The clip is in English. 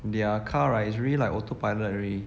their car right is really like autopilot already